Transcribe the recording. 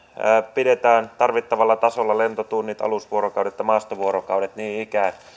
pidetään tarvittavalla tasolla lentotunnit alusvuorokaudet ja maastovuorokaudet niin ikään